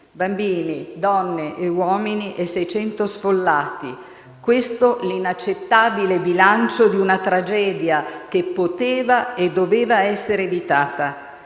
bambini, donne e uomini, e 600 gli sfollati, questo è l'inaccettabile bilancio di una tragedia che poteva e doveva essere evitata.